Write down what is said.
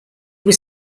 was